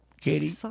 Katie